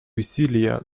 усилия